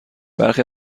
برخی